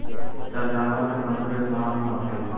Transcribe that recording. सब जानवर के तंतु एक सामान ना होखेला